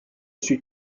suis